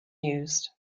used